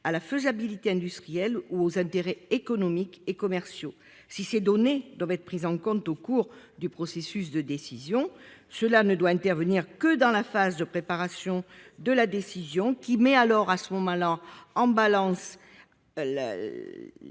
à la faisabilité industrielle ou aux intérêts économiques et commerciaux. Si ces données doivent être prises en compte au cours du processus de décision, cela ne doit intervenir que dans la phase de préparation de la décision, qui met alors en balance